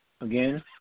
again